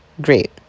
great